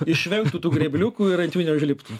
išvengtų tų grėbliukų ir ant jų neužliptų